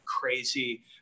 crazy